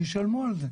שישלמו על זה.